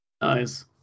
Nice